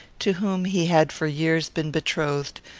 to whom he had for years been betrothed,